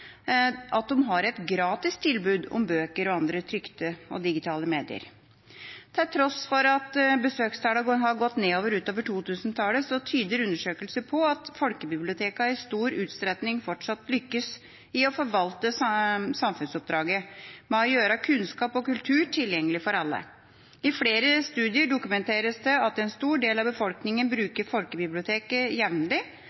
at de har et gratis tilbud om bøker og andre trykte og digitale medier. Til tross for at besøkstallene har gått nedover utover 2000-tallet, tyder undersøkelser på at folkebibliotekene i stor utstrekning fortsatt lykkes i å forvalte samfunnsoppdraget med å gjøre kunnskap og kultur tilgjengelig for alle. I flere studier dokumenteres det at en stor del av befolkningen bruker folkebiblioteket jevnlig,